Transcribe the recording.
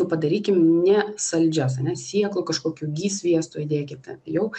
padarykim ne saldžias ane sėklų kažkokių gi sviesto įdėkite jau